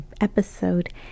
episode